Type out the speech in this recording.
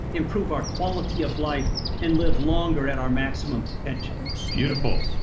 improve our quality of life and live longer at our maximum potential beautiful,